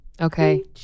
Okay